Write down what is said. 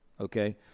Okay